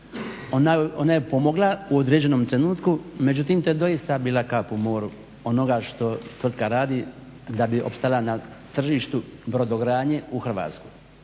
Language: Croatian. Ona je pomogla u određenom trenutku, međutim to je doista bila kap u moru onoga što tvrtka radi da bi opstala na tržištu brodogradnje u Hrvatskoj.